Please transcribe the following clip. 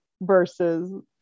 versus